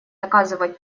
оказывать